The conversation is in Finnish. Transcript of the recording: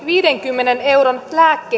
viidenkymmenen euron